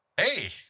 Hey